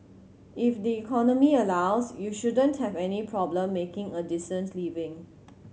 if the economy allows you shouldn't have any problem making a decent living